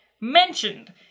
Mentioned